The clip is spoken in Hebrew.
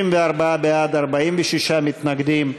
64 בעד, 46 מתנגדים,